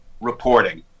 reporting